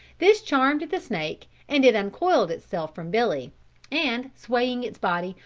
this charmed the snake and it uncoiled itself from billy and, swaying its body,